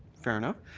fair enough.